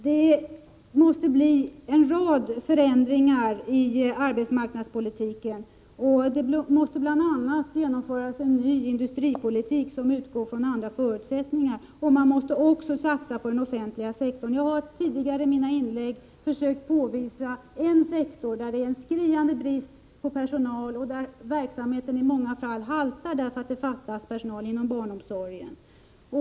Det måste bli en rad förändringar i arbetsmarknadspolitiken. Bl. a. måste det genomföras en ny industripolitik, som utgår ifrån andra förutsättningar. Man måste också satsa på den offentliga sektorn. Jag har tidigare i mina inlägg försökt visa på en sektor där det råder skriande brist på personal och där verksamheten därför i många fall haltar, nämligen barnomsorgen.